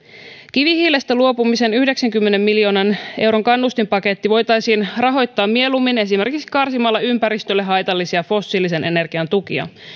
kivihiilestä luopumisen yhdeksänkymmenen miljoonan euron kannustinpaketti voitaisiin rahoittaa mieluummin esimerkiksi karsimalla ympäristölle haitallisia fossiilisen energian tukia